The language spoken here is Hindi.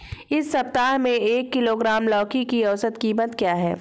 इस सप्ताह में एक किलोग्राम लौकी की औसत कीमत क्या है?